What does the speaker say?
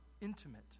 intimate